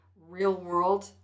real-world